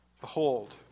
Behold